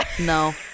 No